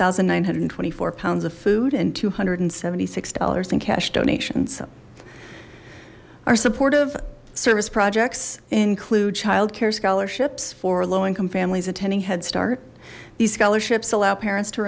thousand nine hundred and twenty four pounds of food and two hundred and seventy six dollars in cash donations our supportive service projects include childcare scholarships for low income families attending headstart these scholarships allow parents to